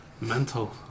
Mental